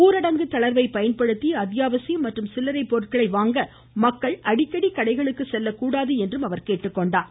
ஊரடங்கு தளர்வை பயன்படுத்தி அத்யாவசியம் மற்றும் சில்லறை பொருட்களை வாங்க மக்கள் அடிக்கடி கடைகளுக்கு செல்லக்கூடாது என்று கூறினார்